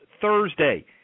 Thursday